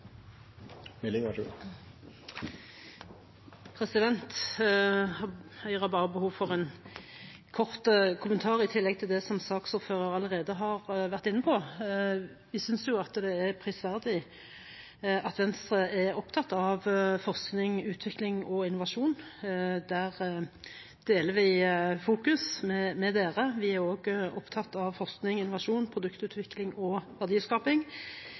har bare behov for å komme med en kort kommentar i tillegg til det som saksordføreren allerede har vært inne på. Vi synes jo det er prisverdig at Venstre er opptatt av forskning, utvikling og innovasjon. Der deler vi fokus med dere. Vi er også opptatt av forskning, innovasjon, produktutvikling og verdiskaping,